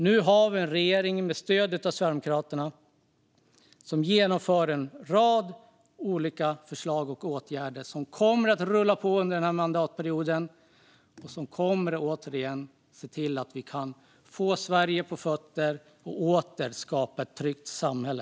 Nu har vi en regering med stöd av Sverigedemokraterna som genomför en rad olika förslag och åtgärder som kommer att rulla på under mandatperioden och som kommer att se till att vi kan få Sverige på fötter igen och åter skapa ett tryggt samhälle.